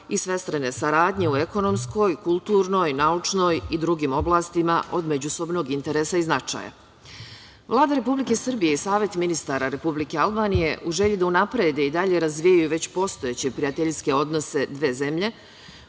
i svestrane saradnje u ekonomskoj, kulturnoj, naučnoj i drugim oblastima od međusobnom interesa i značaja. Vlada Republike Srbije i Savet ministara Republike Albanije u želji da unaprede i dalje razvijaju već postojeće prijateljske odnose dve zemlje,